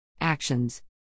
Actions